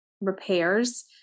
repairs